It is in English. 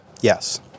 Yes